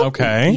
Okay